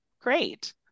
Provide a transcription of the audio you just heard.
Great